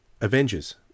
Avengers